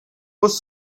was